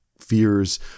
fears